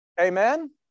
amen